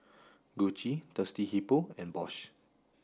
Gucci Thirsty Hippo and Bosch